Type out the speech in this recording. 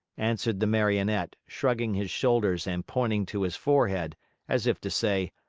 answered the marionette, shrugging his shoulders and pointing to his forehead as if to say,